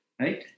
right